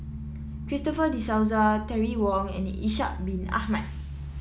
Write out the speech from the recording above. Christopher De Souza Terry Wong and Ishak Bin Ahmad